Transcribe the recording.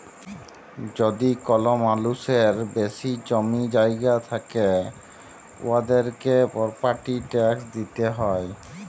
যদি কল মালুসের বেশি জমি জায়গা থ্যাকে উয়াদেরকে পরপার্টি ট্যাকস দিতে হ্যয়